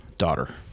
daughter